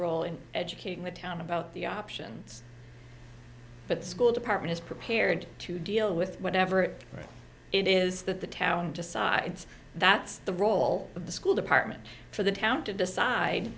role in educating the town about the options that school department is prepared to deal with whatever it is that the town decides that's the role of the school department for the town to decide